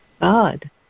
God